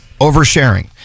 Oversharing